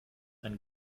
ein